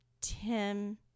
Tim